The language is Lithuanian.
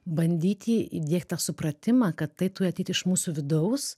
bandyti įdiegt tą supratimą kad tai turi ateiti iš mūsų vidaus